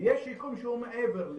ויש שיקום שהוא מעבר לזה.